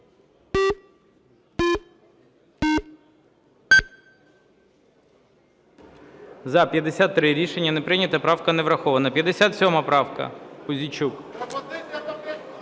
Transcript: За-53. Рішення не прийнято. Правка не врахована. 57 правка, Пузійчук.